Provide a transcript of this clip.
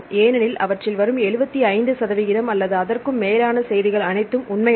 ஏனெனில் அவற்றில் வரும் 75 சதவிகிதம் அல்லது அதற்கும் மேலான செய்திகள் அனைத்தும் உண்மை அல்ல